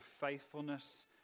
faithfulness